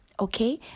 okay